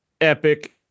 epic